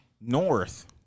North